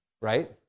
right